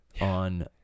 on